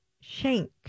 Shank